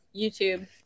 YouTube